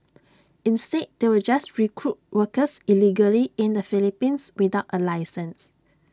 instead they will just recruit workers illegally in the Philippines without A licence